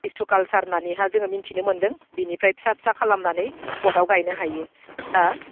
tissue culture होननानैय जोङो मोन्थिनो मोन्दों बेनिफ्राय फिसा फिसा खालामनानै पटआव गायनो हायो